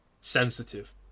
sensitive